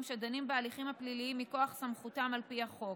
שדנים בהליכים הפליליים מכוח סמכותם על פי החוק.